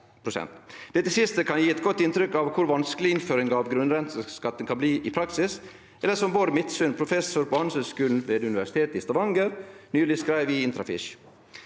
Dette siste kan gje eit godt inntrykk av kor vanskeleg innføring av grunnrenteskatt kan bli i praksis. Det er som Bård Misund, professor på Handelshøgskolen ved Universitetet i Stavanger, nyleg skreiv i IntraFish: